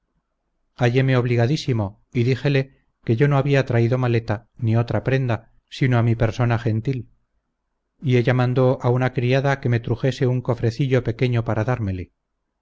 costa halléme obligadísimo y díjele que yo no había traído maleta ni otra prenda sino a mi persona gentil y ella mandó a una criada que me trujese un cofrecillo pequeño para darmele